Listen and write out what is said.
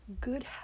good